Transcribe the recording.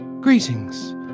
Greetings